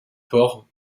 port